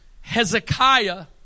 Hezekiah